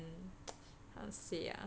how to say ah